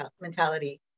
mentality